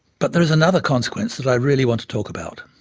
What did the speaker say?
but there is another consequence that i really want to talk about.